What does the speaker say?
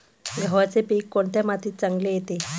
गव्हाचे पीक कोणत्या मातीत चांगले येते?